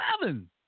Seven